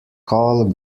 call